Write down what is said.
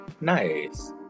Nice